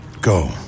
go